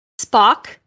Spock